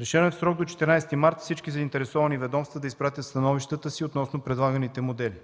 Решено е в срок до 14 март 2014 г. всички заинтересовани ведомства да изпратят становищата си относно предлаганите модели.